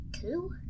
Two